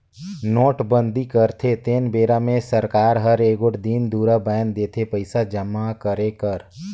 नोटबंदी करथे तेन बेरा मे सरकार हर एगोट दिन दुरा बांएध देथे पइसा जमा करे कर